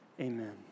Amen